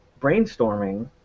brainstorming